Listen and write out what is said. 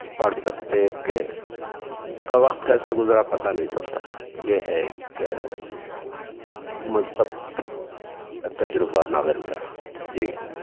پڑھ سکتے کہ کب وقت کیسا گزرا پتہ نہیں چلتا یہ ہے ایک مثبت تجربہ ناول کا جی